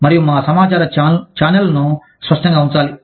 మరియు మా సమాచార ఛానెల్లను స్పష్టంగా ఉంచాలి